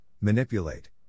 manipulate